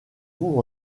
vous